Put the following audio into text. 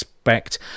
Expect